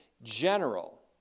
general